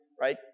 right